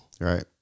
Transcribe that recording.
right